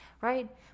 right